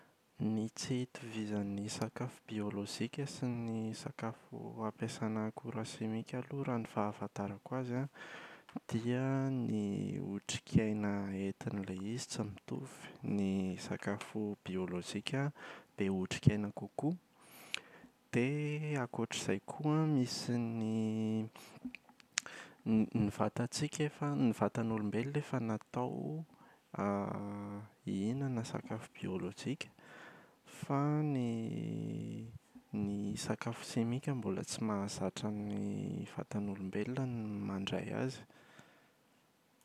Ny tsy hitovizan’ny sakafo biolojika sy ny sakafo ampiasana akora simika aloha raha ny fahafantarako azy an dia ny otrik’aina entin’ilay izy tsy mitovy. Ny sakafo biolojika be otrik’aina kokoa. Dia ankoatra izay koa an, misy ny ny n- ny vatantsika efa ny vatan’olombelona efa natao hihinana sakafo biolojika, fa ny ny sakafo simika mbola tsy mahazatra ny vatan’olombelona ny mandray azy.